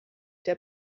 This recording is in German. der